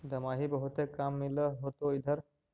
दमाहि बहुते काम मिल होतो इधर?